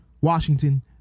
Washington